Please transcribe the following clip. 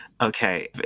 Okay